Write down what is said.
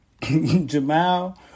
Jamal